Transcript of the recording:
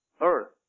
Earth